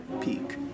peak